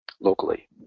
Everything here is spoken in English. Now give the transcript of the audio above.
locally